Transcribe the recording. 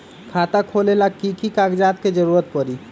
खाता खोले ला कि कि कागजात के जरूरत परी?